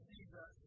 Jesus